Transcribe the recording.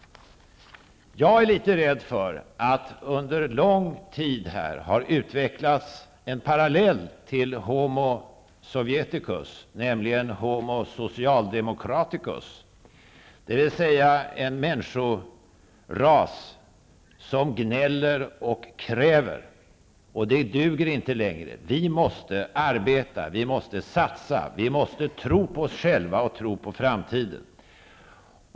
Jag är litet rädd för att det under lång tid här har utvecklats en parallell till homo sovjeticus, nämligen homo socialdemokraticus, dvs. en människoras som gnäller och kräver. Det duger inte längre. Vi måste arbeta, vi måste satsa, vi måste tro på oss själva och tro på framtiden.